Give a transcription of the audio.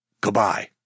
goodbye